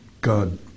God